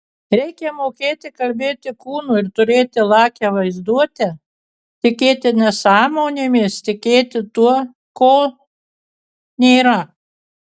reikia mokėti kalbėti kūnu ir turėti lakią vaizduotę tikėti nesąmonėmis tikėti tuo ko nėra